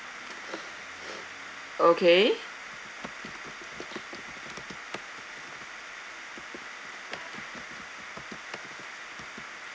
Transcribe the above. okay